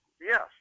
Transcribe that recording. Yes